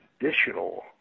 additional